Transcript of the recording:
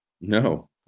No